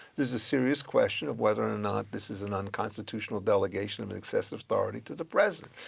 there's a serious question of whether or not this is an unconstitutional delegation of excessive authority to the president,